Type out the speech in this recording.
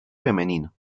femenino